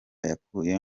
yakuye